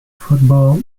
football